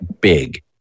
big